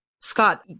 Scott